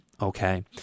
Okay